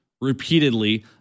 repeatedly